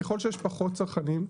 ככל שיש פחות צרכנים,